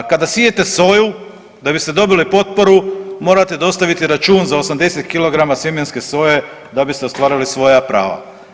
Kada sijete soju da biste dobili potporu morate dostaviti račun za 80 kg sjemenske soje da biste ostvarili svoja prava.